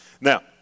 Now